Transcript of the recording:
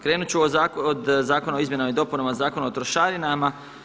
Krenut ću od Zakona o izmjenama i dopunama Zakona o trošarinama.